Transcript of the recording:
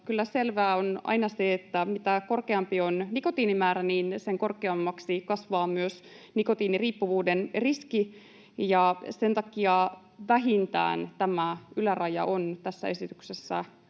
selvää on aina se, että mitä korkeampi on nikotiinimäärä, sitä korkeammaksi kasvaa myös nikotiiniriippuvuuden riski. Sen takia vähintään tämä yläraja on tässä esityksessä